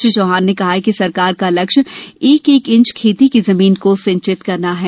श्री चौहान ने कहा कि सरकार का लक्ष्य एक एक इंच खेती की जमीन को सिंचित करना है